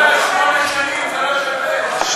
לקחו, הצעה לשמונה שנים, שנייה.